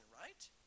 right